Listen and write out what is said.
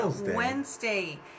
Wednesday